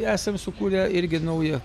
esam sukūrę irgi naują